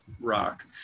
rock